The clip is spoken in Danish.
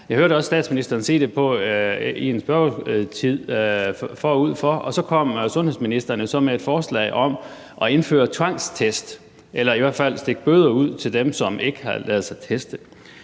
Jeg hørte også statsministeren sige det i en spørgetime tidligere, og så kom sundhedsministeren med et forslag om at indføre tvangstest eller i hvert fald om at stikke bøder ud til dem, som ikke havde ladet sig teste.